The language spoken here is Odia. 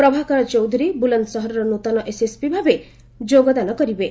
ପ୍ରଭାକର ଚୌଧୁରୀ ବୁଲନ୍ଦସହରର ନୃତନ ଏସ୍ଏସ୍ପି ଭାବରେ ଯୋଗଦାନ କରିବେ